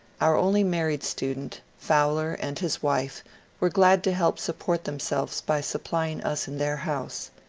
our only married student, fowler, and his wife were glad to help support themselves by supplying us in their house.